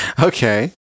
Okay